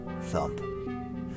thump